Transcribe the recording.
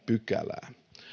pykälää